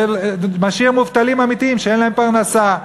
זה משאיר מובטלים אמיתיים שאין להם פרנסה.